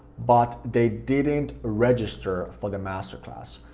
but they didn't register for the masterclass.